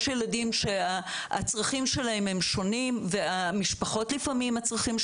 הצרכים של הילדים שונים והצרכים של המשפחות שונים,